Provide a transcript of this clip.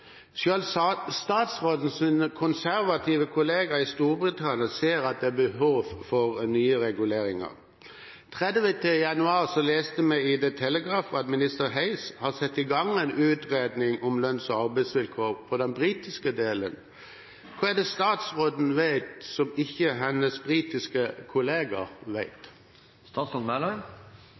konservative kollega i Storbritannia ser at det er behov for nye reguleringer. 30. januar leste vi i The Telegraph at minister Hayes har satt i gang en utredning om lønns- og arbeidsvilkår på den britiske delen. Hva er det statsråden vet som ikke hennes britiske kollega